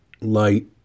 light